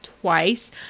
twice